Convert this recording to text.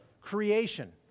creation